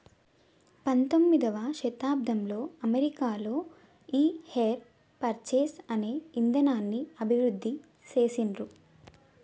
పంతొమ్మిదవ శతాబ్దంలో అమెరికాలో ఈ హైర్ పర్చేస్ అనే ఇదానాన్ని అభివృద్ధి చేసిండ్రు